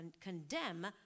condemn